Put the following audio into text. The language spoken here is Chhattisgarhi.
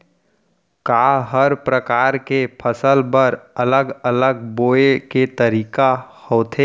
का हर प्रकार के फसल बर अलग अलग बोये के तरीका होथे?